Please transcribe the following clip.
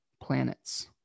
planets